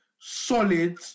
solid